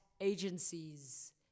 agencies